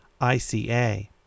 ICA